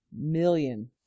million